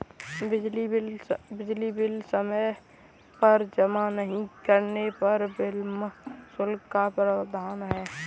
बिजली बिल समय पर जमा नहीं करने पर विलम्ब शुल्क का प्रावधान है